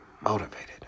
motivated